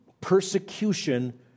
persecution